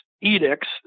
edicts